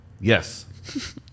Yes